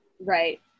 Right